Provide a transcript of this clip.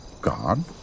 God